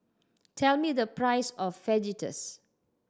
tell me the price of Fajitas